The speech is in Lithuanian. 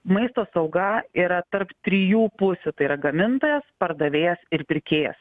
maisto sauga yra tarp trijų pusių tai yra gamintojas pardavėjas ir pirkėjas